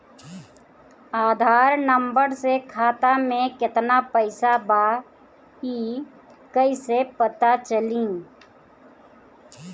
आधार number से खाता में केतना पईसा बा ई क्ईसे पता चलि?